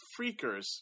freakers